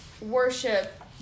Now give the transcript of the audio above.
worship